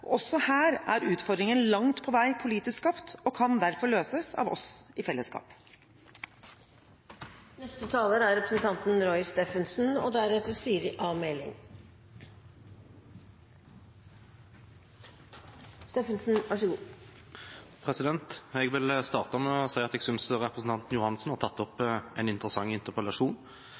Også her er utfordringene langt på vei politisk skapt og kan derfor løses av oss, i fellesskap. Jeg vil starte med å si at jeg synes representanten Johansen har tatt opp en interessant interpellasjon.